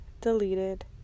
deleted